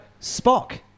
Spock